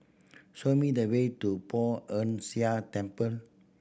show me the way to Poh Ern Shih Temple